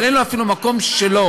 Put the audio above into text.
אבל אין לו אפילו מקום שלו.